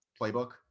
playbook